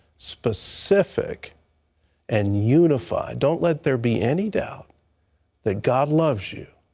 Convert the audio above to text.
specific and unified don't let there be any doubt that god loves you,